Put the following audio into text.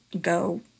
go